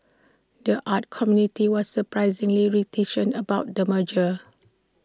the arts community was surprisingly reticent about the merger